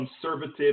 conservative